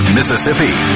Mississippi